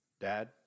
Dad